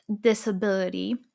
disability